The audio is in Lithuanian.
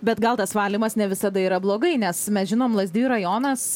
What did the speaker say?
bet gal valymas ne visada yra blogai nes mes žinom lazdijų rajonas